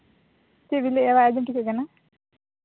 ᱪᱮᱫ ᱵᱮᱱ ᱞᱟᱹᱭᱟ ᱟᱸᱡᱚᱢ ᱴᱷᱤᱠᱚᱜ ᱠᱟᱱᱟ